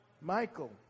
Michael